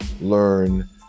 learn